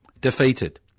defeated